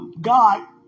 God